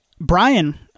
Brian